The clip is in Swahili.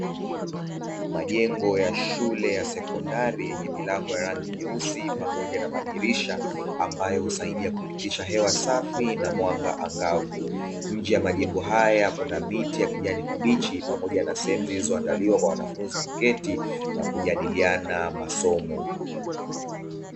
Majengo ya shule ya sekondari, yenye milango ya rangi nyeusi pamoja na madirisha ambayo husaidia kupitisha hewa safi na mwanga angavu. Nje ya majengo haya kuna miti ya kijani kibichi pamoja na sehemu zilizoandaliwa kwa wanafunzi kuketi na kujadiliana masomo.